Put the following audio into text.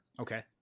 Okay